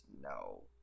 no